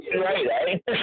Right